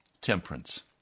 temperance